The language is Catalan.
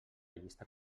llista